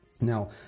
Now